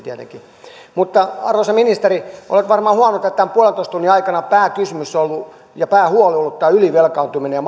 tietenkin että kahdeksalla prosentilla arvoisa ministeri olet varmaan huomannut että tämän puolentoista tunnin aikana pääkysymys ja päähuoli on ollut ylivelkaantuminen ja